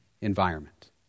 environment